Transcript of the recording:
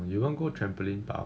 mm you want go trampoline park